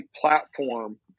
platform